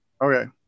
Okay